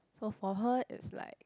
so for her is like